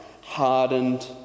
hardened